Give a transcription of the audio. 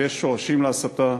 יש שורשים להסתה,